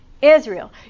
Israel